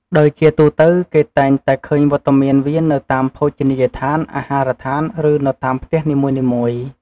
ដោយជាទូទៅគេតែងតែឃើញវត្តមានវានៅតាមភោជនីយដ្ឋាន អាហារដ្ឋាន ឬនៅតាមផ្ទះនីមួយៗ។